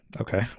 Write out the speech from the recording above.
Okay